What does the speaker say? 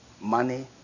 money